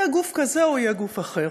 שיהיה גוף כזה או יהיה גוף אחר?